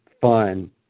fun